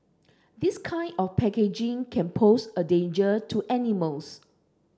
this kind of packaging can pose a danger to animals